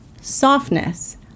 softness